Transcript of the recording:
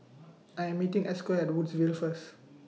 I Am meeting Esco At Woodsville First